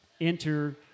Enter